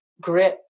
grit